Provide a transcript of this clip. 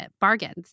bargains